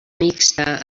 mixta